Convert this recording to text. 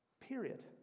period